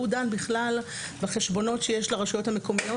מכיוון שהוא דן בחשבונות שיש לרשויות המקומיות,